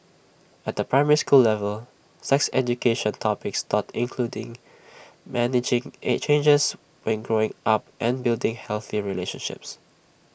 at the primary school level sex education topics taught including managing at changes when growing up and building healthy relationships